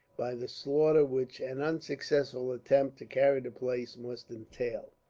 by the slaughter which an unsuccessful attempt to carry the place must entail.